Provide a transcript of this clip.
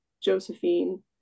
Josephine